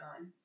on